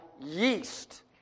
yeast